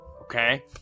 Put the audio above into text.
Okay